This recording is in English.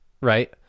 right